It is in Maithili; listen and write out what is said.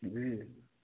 जी